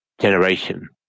generation